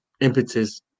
impetus